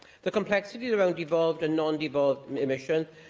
the complexities around devolved and non-devolved emissions,